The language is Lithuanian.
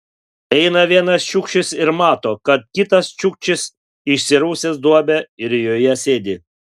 eina vienas čiukčis ir mato kad kitas čiukčis išsirausęs duobę ir joje sėdi